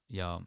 ja